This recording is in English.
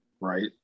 right